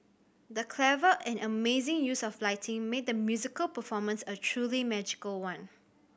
the clever and amazing use of lighting made the musical performance a truly magical one